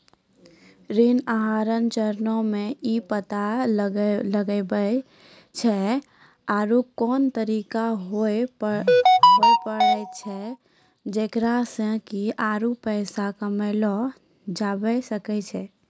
ऋण आहार चरणो मे इ पता लगाबै छै आरु कोन तरिका होय पाड़ै छै जेकरा से कि आरु पैसा कमयलो जाबै सकै छै